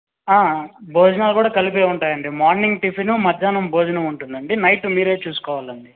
భోజనాలు కూడా కలిపే ఉంటాయండి మార్నింగ్ టిఫిను మధ్యాహ్నం భోజనం ఉంటుందండి నైట్ మీరే చూసుకోవాలండి